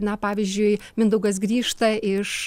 na pavyzdžiui mindaugas grįžta iš